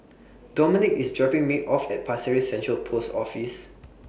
Dominik IS dropping Me off At Pasir Ris Central Post Office